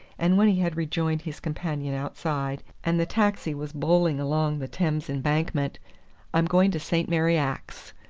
and when he had rejoined his companion outside, and the taxi was bowling along the thames embankment i'm going to st. mary axe.